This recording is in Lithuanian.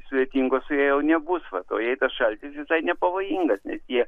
svetingo su ja jau nebus vat o jei tas šaltis visai nepavojingas nes jie